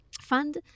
fund